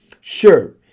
Sure